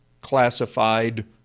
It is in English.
classified